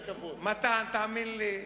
מתן, תאמין לי,